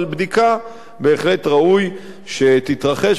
אבל בדיקה בהחלט ראוי שתתרחש,